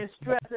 stress